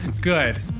Good